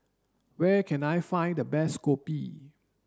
where can I find the best Kopi